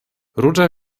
ruĝa